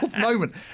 moment